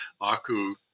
Aku